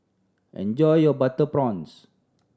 enjoy your butter prawns